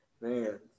Man